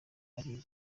ari